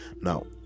now